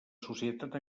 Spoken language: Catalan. societat